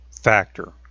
factor